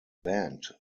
band